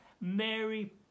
Mary